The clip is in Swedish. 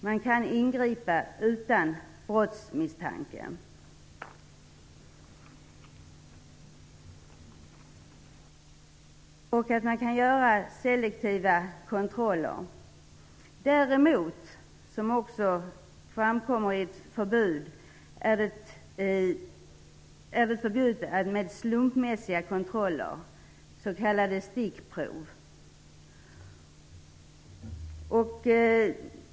Man kan ingripa utan brottsmisstanke, och man kan göra selektiva kontroller. Däremot är det förbjudet med slumpmässiga kontroller, s.k. stickprov.